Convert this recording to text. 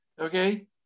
okay